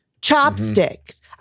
Chopsticks